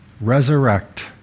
resurrect